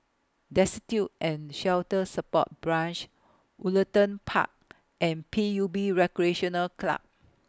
Destitute and Shelter Support Branch Woollerton Park and P U B Recreational Club